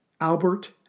Albert